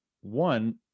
one